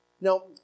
Now